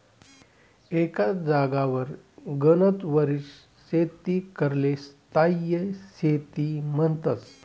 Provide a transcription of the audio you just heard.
एकच जागावर गनच वरीस शेती कराले स्थायी शेती म्हन्तस